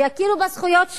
שיכירו בזכויות שלו,